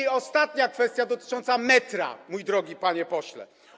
I ostatnia kwestia, dotycząca metra, mój drogi panie pośle.